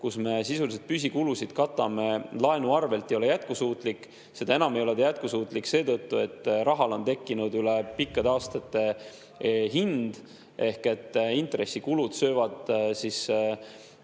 kus me sisuliselt püsikulusid katame laenu arvel, ei ole jätkusuutlik. Seda enam ei ole ta jätkusuutlik seetõttu, et rahale on tekkinud üle pikkade aastate hind, ehk intressikulud söövad aina